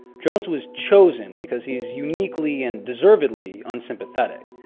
jones was chosen because he's uniquely and deservedly unsympathetic,